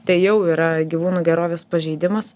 tai jau yra gyvūnų gerovės pažeidimas